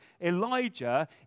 Elijah